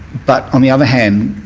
but on the other hand,